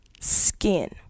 skin